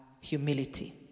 humility